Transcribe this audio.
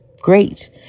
great